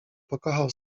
pokochał